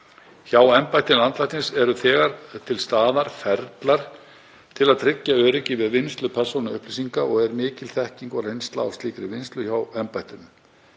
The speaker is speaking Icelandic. Hjá embætti landlæknis eru þegar til staðar ferlar til að tryggja öryggi við vinnslu persónuupplýsinga og er mikil þekking og reynsla á slíkri vinnslu hjá embættinu.